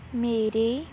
ਮੇਰੇ